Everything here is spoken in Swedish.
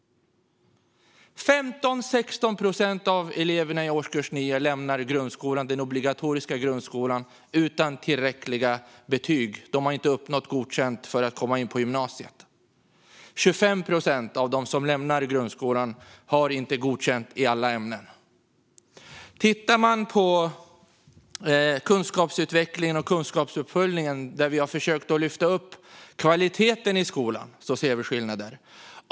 15-16 procent av eleverna i årskurs 9 lämnar den obligatoriska grundskolan utan tillräckliga betyg. De har inte uppnått godkänt för att komma in på gymnasiet. 25 procent av dem som lämnar grundskolan har inte godkänt i alla ämnen. Tittar man på kunskapsutvecklingen och kunskapsuppföljningen, där vi har försökt lyfta upp kvaliteten i skolan, ser man skillnader.